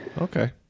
okay